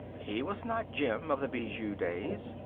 he was not jim, of the bijou days.